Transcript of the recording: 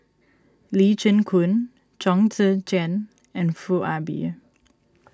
Lee Chin Koon Chong Tze Chien and Foo Ah Bee